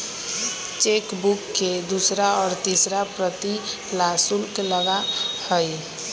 chequebook के दूसरा और तीसरा प्रति ला शुल्क लगा हई